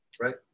right